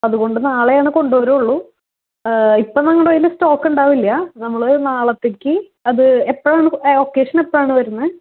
അതുകൊണ്ട് നാളെയാണ് കൊണ്ട് വരികയുള്ളൂ ഇപ്പോൾ നമ്മളുടെ കയ്യില് സ്റ്റോക്സ് ഉണ്ടാവുകയില്ല നമ്മള് നാളത്തേക്ക് അത് എപ്പോഴാണ് ഒക്കേഷൻ എപ്പോളാണ് വരുന്നത്